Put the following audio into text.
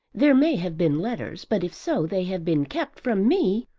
there may have been letters but if so they have been kept from me.